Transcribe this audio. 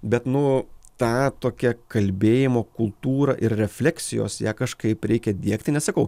bet nu ta tokia kalbėjimo kultūra ir refleksijos ją kažkaip reikia diegti nes sakau